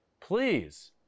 please